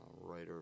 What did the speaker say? writer